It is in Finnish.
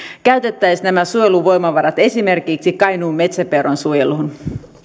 käytettäisiin nämä suojeluvoimavarat esimerkiksi kainuun metsäpeuran suojeluun